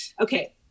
Okay